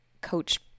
coach